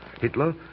Hitler